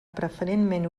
preferentment